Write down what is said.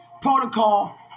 protocol